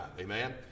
Amen